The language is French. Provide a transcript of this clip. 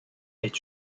est